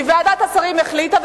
כי ועדת השרים החליטה,